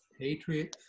Patriots